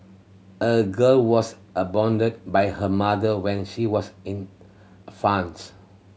a girl was abandoned by her mother when she was in